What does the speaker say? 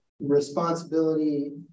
responsibility